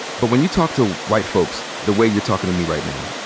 but when you talk to white folks the way you're talkin' to me right now,